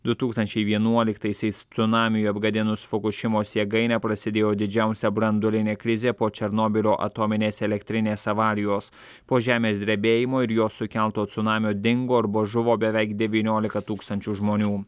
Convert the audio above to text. du tūkstančiai vienuoliktaisiais cunamiui apgadinus fukušimos jėgainę prasidėjo didžiausia branduolinė krizė po černobylio atominės elektrinės avarijos po žemės drebėjimo ir jo sukelto cunamio dingo arba žuvo beveik devyniolika tūkstančių žmonių